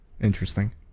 Interesting